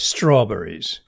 Strawberries